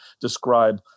describe